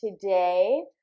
today